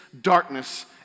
darkness